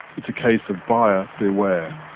it's a case of buyer beware.